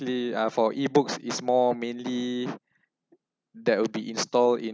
uh for ebooks is more mainly that will be installed in